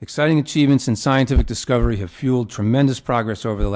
exciting it's even since scientific discoveries have fueled tremendous progress over the